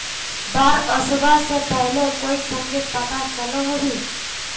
बाढ़ ओसबा से पहले कोई संकेत पता चलो होबे?